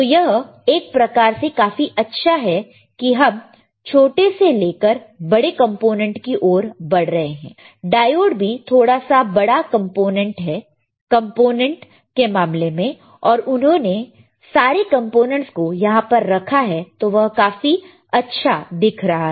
तो यह एक प्रकार से काफी अच्छा है कि हम छोटे से लेकर बड़े कंपोनेंट की ओर बढ़ रहे हैं डायोड भी थोड़ा सा बड़ा है कंपोनेंट के मामले में और उन्होंने सारे कंपोनेंट्स को यहां पर रखा है तो वह काफी अच्छा दिख रहा है